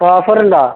ഓഫറുണ്ടോ